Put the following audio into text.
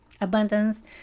abundance